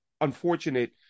unfortunate